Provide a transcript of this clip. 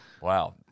Wow